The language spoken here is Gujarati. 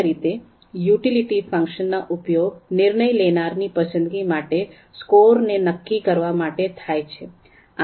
સામાન્ય રીતે યુટીલીટી ફંકશન ના ઉપયોગ નિર્ણય લેનારની પસંદગી માટેના સ્કોરને નક્કી કરવા માટે થાય છે